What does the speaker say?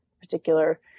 particular